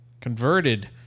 converted